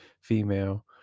female